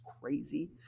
crazy